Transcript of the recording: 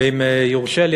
ואם יורשה לי,